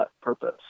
purpose